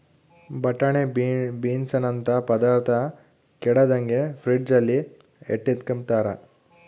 ಬಟಾಣೆ ಬೀನ್ಸನಂತ ಪದಾರ್ಥ ಕೆಡದಂಗೆ ಫ್ರಿಡ್ಜಲ್ಲಿ ಎತ್ತಿಟ್ಕಂಬ್ತಾರ